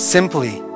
Simply